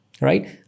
right